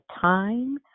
time